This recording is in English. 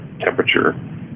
temperature